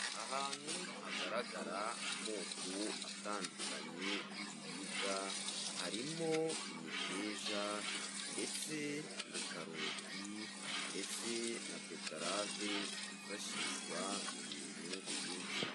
Ahantu hagaragara amoko atandukanye y'ibiribwa, harimo imiteja ndetse na karoti ndetse na beterave zifashishwa mu bintu byinshi.